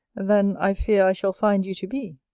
than i fear i shall find you to be.